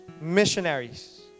missionaries